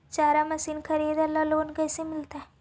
चारा मशिन खरीदे ल लोन कैसे मिलतै?